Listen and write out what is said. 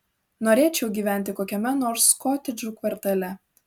norėčiau gyventi kokiame nors kotedžų kvartale